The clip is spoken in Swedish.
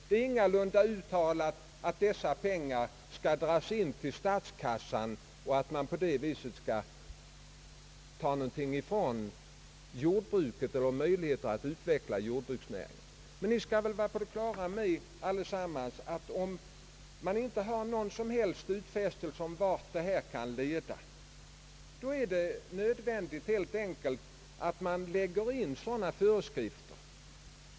Det har ingalunda uttalats att dessa pengar skall dras in till statskassan och att man på det sättet skall ta något från jordbruket eller minska jordbruksnäringens möjligheter till utveckling. Däremot bör vi väl allesammans vara på det klara med att om det inte finns någon som helst utfästelse om vad som skall bli följden, så är det nödvändigt att man skapar sådana föreskrifter.